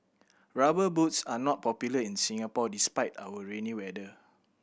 Rubber Boots are not popular in Singapore despite our rainy weather